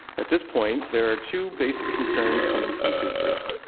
at this point, there are two basic concerns coming from two groups,